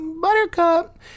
buttercup